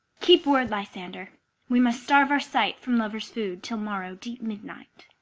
keep word, lysander we must starve our sight from lovers' food till morrow deep midnight.